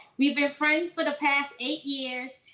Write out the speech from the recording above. we've been friends for the past eight years.